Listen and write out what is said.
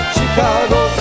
Chicago